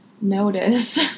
notice